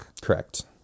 correct